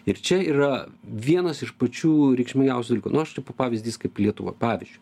ir čia yra vienas iš pačių reikšmingiausių dalykų nu aš čia pavyzdys kaip lietuva pavyzdžiui